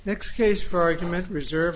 next case for argument reserve